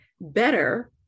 better